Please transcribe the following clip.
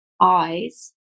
eyes